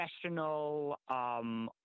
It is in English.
professional